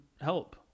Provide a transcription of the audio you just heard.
help